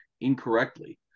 incorrectly